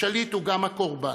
השליט הוא גם הקורבן.